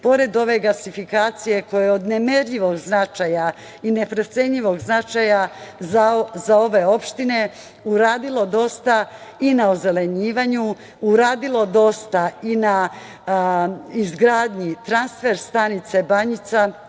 pored ove gasifikacije koja je od nemerljivog značaja i neprocenjivog značaja za ove opštine, uradilo dosta i na ozelenjivanju, uradilo dosta i na izgradnji transfer stanice Banjica